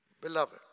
Beloved